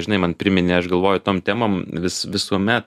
žinai man priminė aš galvoju tom temom vis visuomet